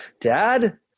dad